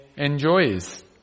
Enjoys